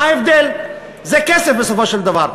מה ההבדל, זה כסף בסופו של דבר.